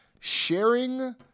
sharing